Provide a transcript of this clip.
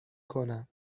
کنم